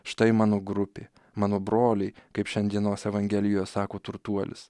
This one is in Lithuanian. štai mano grupė mano broliai kaip šiandienos evangelijoj sako turtuolis